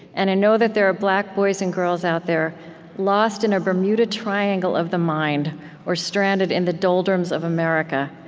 and i know that there are black boys and girls out there lost in a bermuda triangle of the mind or stranded in the doldrums of america,